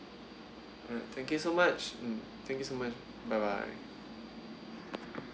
alright thank you so much mm thank you so much bye bye